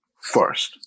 first